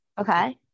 Okay